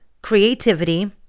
Creativity